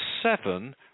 seven